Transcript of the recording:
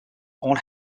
all